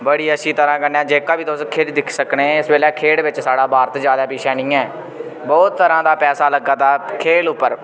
बड़ी अच्छी तरह कन्नै जेह्का बी तुस खेढ दिक्खी सकने इस बेल्लै खेढ बिच्च साढ़ा भारत ज्यादा पिच्छें नी ऐ बोह्त तरह दा पैसा लग्गा दा खेल उप्पर